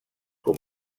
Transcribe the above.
com